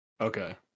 Okay